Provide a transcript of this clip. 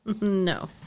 No